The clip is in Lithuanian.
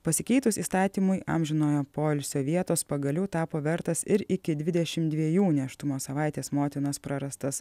pasikeitus įstatymui amžinojo poilsio vietos pagaliau tapo vertas ir iki dvidešim dviejų nėštumo savaitės motinos prarastas